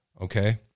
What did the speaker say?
Okay